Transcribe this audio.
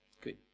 Good